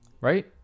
right